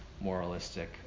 moralistic